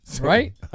Right